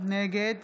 נגד